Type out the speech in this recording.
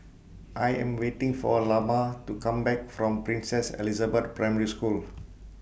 I Am waiting For Lamar to Come Back from Princess Elizabeth Primary School